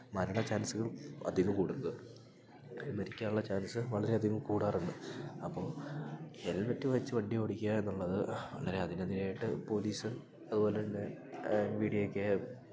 മരണ ചാൻസുകൾ അധികം കൂടുന്നത് അയാള് മരിക്കാൻ ഉള്ള ചാൻസ് വളരെ അധികം കൂടാറുണ്ട് അപ്പോൾ ഹെൽമെറ്റ് വെച്ച് വണ്ടി ഓടിക്കുക എന്നുള്ളത് വളരെ അതിനതിനായിട്ട് പോലീസ് അതുപോലെ തന്നെ എം വി ടിയൊക്കെ